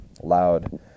loud